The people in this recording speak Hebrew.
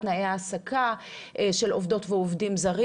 תנאי העסקה של עובדות ועובדים זרים.